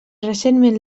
recentment